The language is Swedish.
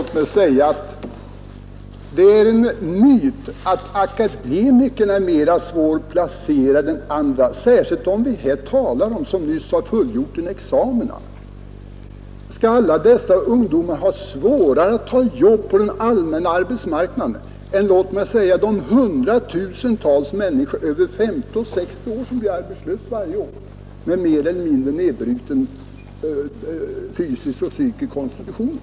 Herr talman! Det är en myt att akademikerna är mera svårplacerade än andra, särskilt om de — som vi här har talat om — just har avlagt sina examina. Skulle dessa ungdomar ha svårare för att få och ta ett jobb på den allmänna arbetsmarknaden än låt mig säga de hundratusentals människor över 50 eller 60 år som blir arbetslösa varje år och som befinner sig i mer eller mindre nedsliten fysisk och psykisk kondition?